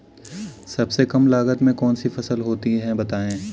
सबसे कम लागत में कौन सी फसल होती है बताएँ?